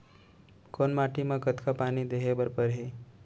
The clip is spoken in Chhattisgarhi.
कोन माटी म कतका पानी देहे बर परहि?